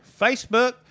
Facebook